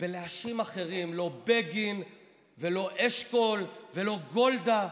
בלהאשים אחרים, לא בגין ולא אשכול ולא גולדה.